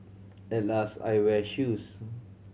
at last I wear shoes